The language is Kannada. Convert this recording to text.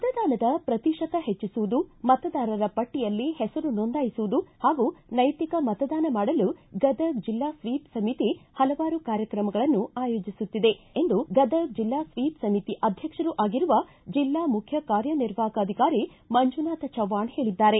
ಮತದಾನದ ಪ್ರತಿಶತ ಹೆಚ್ಚಿಸುವುದು ಮತದಾರರ ಪಟ್ಟಿಯಲ್ಲಿ ಹೆಸರು ನೊಂದಾಯಿಸುವುದು ಹಾಗೂ ನೈತಿಕ ಮತದಾನ ಮಾಡಲು ಗದಗ್ ಜಿಲ್ಲಾ ಸ್ವೀಪ್ ಸಮಿತಿ ಹಲವಾರು ಕಾರ್ಯಕ್ರಮಗಳನ್ನು ಆಯೋಜಿಸುತ್ತಿದೆ ಎಂದು ಗದಗ್ ಜಿಲ್ಲಾ ಸ್ಟೀಪ್ ಸಮಿತಿ ಅಧ್ಯಕ್ಷರೂ ಆಗಿರುವ ಜಿಲ್ಲಾ ಮುಖ್ಯ ಕಾರ್ಯ ನಿರ್ವಾಹಕ ಅಧಿಕಾರಿ ಮಂಜುನಾಥ್ ಚವಾಣ ಹೇಳಿದ್ದಾರೆ